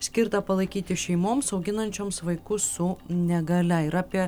skirtą palaikyti šeimoms auginančioms vaikus su negalia ir apie